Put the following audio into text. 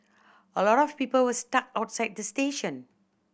a lot of people were stuck outside the station